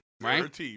Right